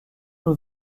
nous